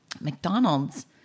McDonald's